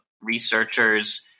researchers